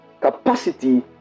capacity